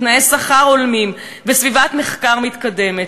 תנאי שכר הולמים וסביבת מחקר מתקדמת.